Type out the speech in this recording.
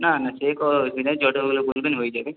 না না সে যত হলে বলবেন হয়ে যাবে